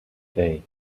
day